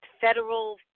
federal